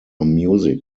music